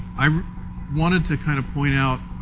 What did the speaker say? i wanted to kind of point out